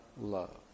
love